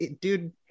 dude